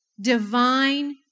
divine